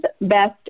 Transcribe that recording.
best